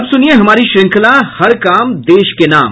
अब सुनिये हमारी श्रृंखला हर काम देश के नाम